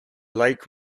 lake